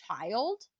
child